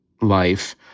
life